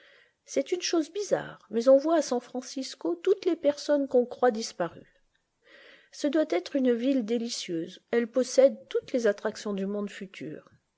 c'est une chose bizarre mais on voit à san-francisco toutes les personnes qu'on croit disparues ce doit être une ville délicieuse elle possède toutes les attractions du monde futur